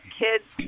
kids